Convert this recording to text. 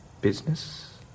Business